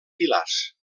pilars